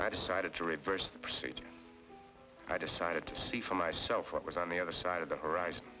i decided to reverse the procedure i decided to see for myself what was on the other side of the horizon